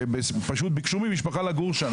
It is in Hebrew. פשוט ביקשו ממשפחה לגור שם.